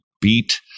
beat